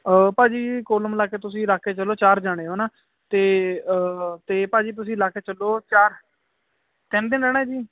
ਭਾਜੀ ਕੁੱਲ ਮਿਲਾ ਕੇ ਤੁਸੀਂ ਰੱਖ ਕੇ ਚੱਲੋ ਚਾਰ ਜਾਣੇ ਓ ਨਾ ਅਤੇ ਅਤੇ ਭਾਜੀ ਤੁਸੀਂ ਲਾ ਕੇ ਚੱਲੋ ਚਾਰ ਤਿੰਨ ਦਿਨ ਰਹਿਣਾ ਜੀ